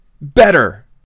better